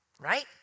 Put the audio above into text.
right